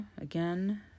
Again